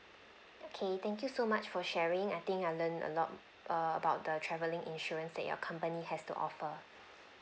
okay thank you so much for sharing I think I learn a lot err about the travelling insurance that your company has to offer